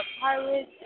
Pirates